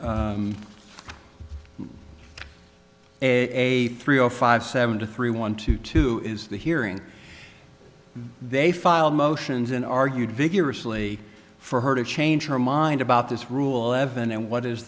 three zero five seven to three one to two is the hearing they filed motions and argued vigorously for her to change her mind about this rule evan and what is